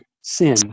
sin